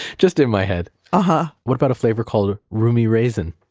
just in my head. um ah what about a flavor called rumi raisin?